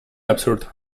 absurd